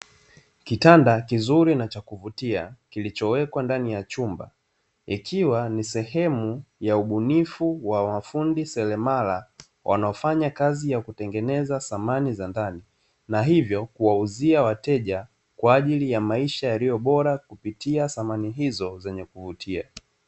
Kitanda kizuri na cha kuvutia kilichowekwa ndani ya chumba, ikiwa ni sehemu ya ubunifu wa mafundi seremala wanaofanya kazi ya kutengeneza samani za ndani, na hivyo kuwauzia wateja kwa ajili ya maisha yaliyo bora kupitia samani hizo zenye kuvutia.